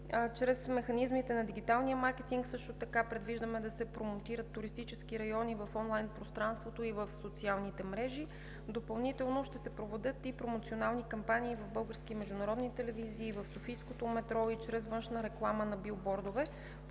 Чрез механизмите на дигиталния маркетинг предвиждаме също така да се промотират туристически райони в онлайн пространството и в социалните мрежи. Допълнително ще се проведат и промоционални кампании в български и международни телевизии, в софийското метро, и чрез външна реклама на билбордове.